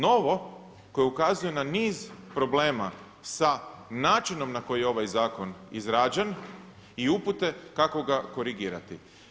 Novo koje ukazuje na niz problema sa načinom na koji je ovaj zakon izrađen i upute kako ga korigirati.